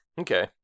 Okay